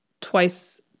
twice